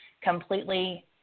completely